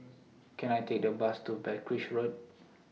Can I Take A Bus to Berkshire Road